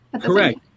Correct